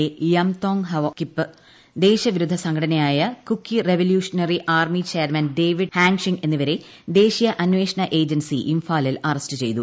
A Yamthong Haokip ദേശവിരുദ്ധ സംഘടനയായ Kuki revolutionary army chairman David Hangshing എന്നിവരെ ദേശീയ അന്വേഷണ ഏജൻസി ഇംഫാലിൽ അറസ്റ്റ് ചെയ്തു